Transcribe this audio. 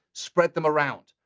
spread them around.